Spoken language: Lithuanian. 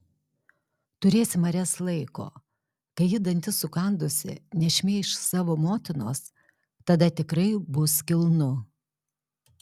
turėsi marias laiko kai ji dantis sukandusi nešmeiš savo motinos tada tikrai bus kilnu